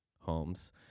homes